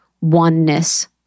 oneness